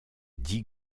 dix